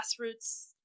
grassroots